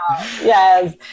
Yes